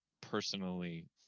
personally